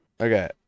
Okay